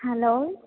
hello